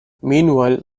meanwhile